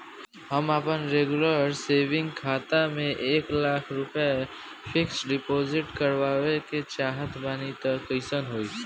हम आपन regular saving खाता से एक लाख रुपया फिक्स डिपॉज़िट करवावे के चाहत बानी त कैसे होई?